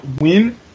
win